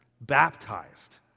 baptized